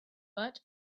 but